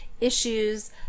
issues